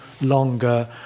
longer